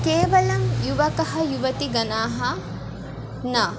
केवलं युवकः युवतिगणाः न